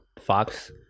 Fox